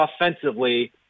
offensively